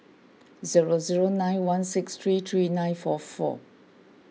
zero zero nine one six three three nine four four